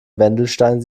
wendelstein